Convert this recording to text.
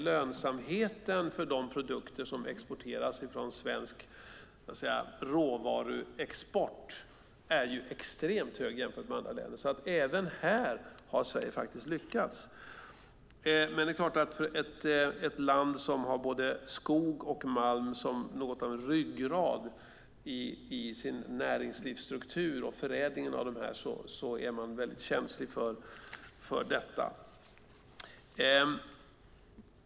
Lönsamheten för de produkter som exporteras från svensk råvaruexport är extremt hög jämfört med andra länder. Även här har Sverige faktiskt lyckats. Men det är klart att ett land som har både skog och malm som något av en ryggrad i sin näringslivsstruktur och därtill förädling av de här råvarorna är väldigt känsligt för detta.